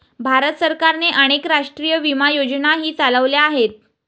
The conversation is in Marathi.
भारत सरकारने अनेक राष्ट्रीय विमा योजनाही चालवल्या आहेत